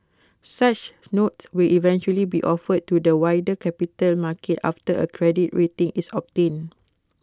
such notes will eventually be offered to the wider capital market after A credit rating is obtained